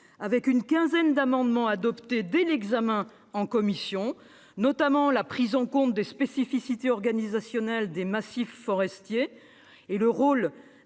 avec une quinzaine d'amendements adoptés dès l'examen en commission, portant notamment sur : la prise en compte des spécificités organisationnelles des massifs forestiers et le rôle